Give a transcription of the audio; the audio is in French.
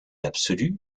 absolue